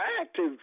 active